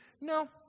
No